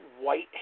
white